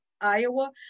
Iowa